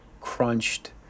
crunched